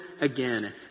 again